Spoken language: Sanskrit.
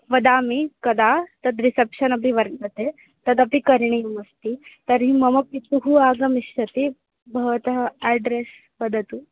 वदामि कदा तद् रिसप्शन् अपि वर्तते तदपि करणीयमस्ति तर्हि मम पिता आगमिष्यति भवतः अड्रेस् वदतु